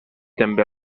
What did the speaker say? també